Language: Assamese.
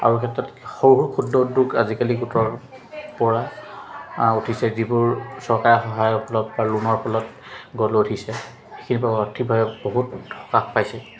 আৰু ক্ষেত্ৰত সৰু ক্ষুদ্ৰ উদ্যোগ আজিকালি গোটৰ পৰা উঠিছে যিবোৰ চৰকাৰী সহায়ৰ ফলত বা লোনৰ ফলত গঢ়ি উঠিছে সেইখিনি আৰ্থিকভাৱে বহুত সকাহ পাইছে